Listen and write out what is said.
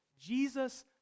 Jesus